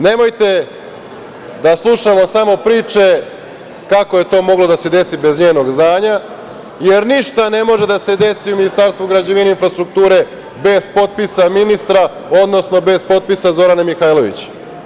Nemojte da slušamo samo priče kako je to moglo da se desi bez njenog znanja, jer ništa ne može da se desi u Ministarstvu građevine, infrastrukture, bez potpisa ministra, odnosno bez potpisa Zorane Mihajlović.